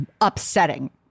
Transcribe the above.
upsetting